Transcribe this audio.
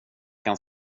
kan